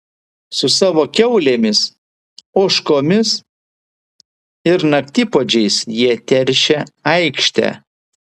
su savo kiaulėmis ožkomis ir naktipuodžiais jie teršia aikštę